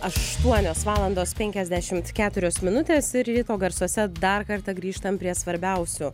aštuonios valandos penkiasdešimt keturios minutės ir ryto garsuose dar kartą grįžtam prie svarbiausių